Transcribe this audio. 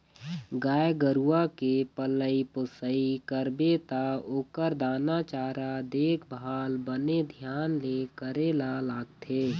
गाय गरूवा के पलई पोसई करबे त ओखर दाना चारा, देखभाल बने धियान ले करे ल लागथे